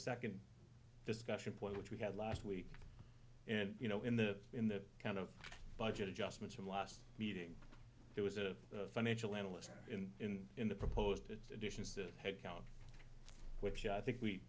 second discussion point which we had last week and you know in the in the kind of budget adjustments from last meeting it was a financial analyst in in in the proposed additions to headcount which i think we